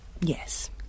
Yes